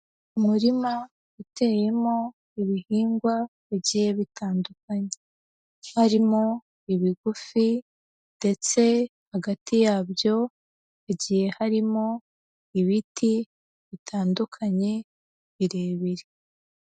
Umurima uteyemo ibihingwa bigiye bitandukanye. Harimo ibigufi, ndetse hagati yabyo bigiye harimo ibiti bitandukanye birebire.